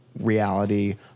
reality